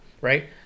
right